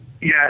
Yes